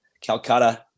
calcutta